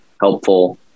helpful